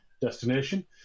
destination